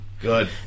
Good